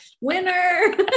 Winner